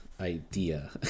idea